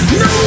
no